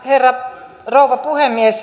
arvoisa rouva puhemies